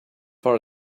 far